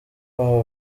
wawe